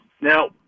Now